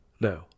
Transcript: No